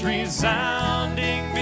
Resounding